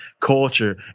culture